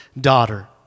daughter